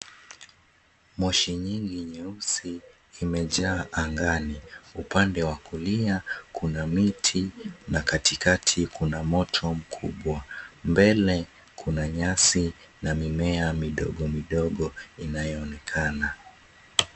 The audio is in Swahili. Moshi nyingi nyeusi, imejaa angani. Upande wa kulia, kuna miti na katikati kuna moto mkubwa. Mbele, kuna nyasi na mimea midogo midogo inayoonekana.